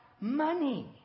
money